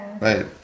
Right